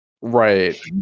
Right